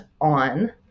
on